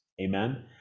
Amen